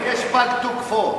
יש פג תוקפו,